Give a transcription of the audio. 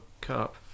Cup